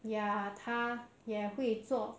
ya 她也会做